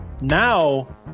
now